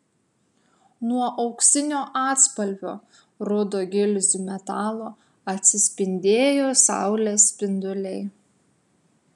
nuo auksinio atspalvio rudo gilzių metalo atsispindėjo saulės spinduliai